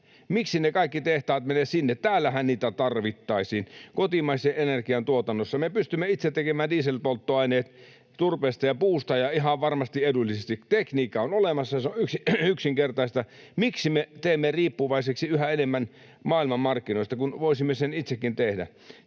Miksi ne kaikki tehtaat menevät sinne? Täällähän niitä tarvittaisiin, kotimaisen energian tuotannossa. Me pystymme itse tekemään dieselpolttoaineet turpeesta ja puusta ja ihan varmasti edullisesti. Tekniikka on olemassa, se on yksinkertaista. Miksi me teemme itsemme riippuvaiseksi yhä enemmän maailmanmarkkinoista, kun voisimme sen itsekin tehdä?